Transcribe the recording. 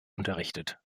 unterrichtet